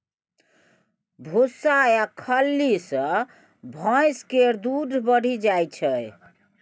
भुस्सा आ खल्ली सँ भैंस केर दूध बढ़ि जाइ छै